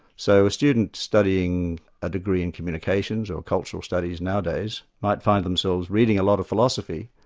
so a student studying a degree in communications or cultural studies nowadays, might find themselves reading a lot of philosophy,